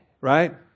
right